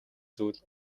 зүйл